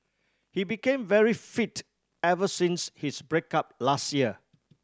he became very fit ever since his break up last year